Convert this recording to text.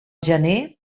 gener